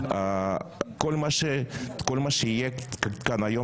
כל מה שיהיה כאן היום,